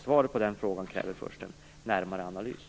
Svaret på den frågan kräver först en närmare analys.